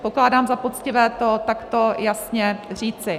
Pokládám za poctivé to takto jasně říci.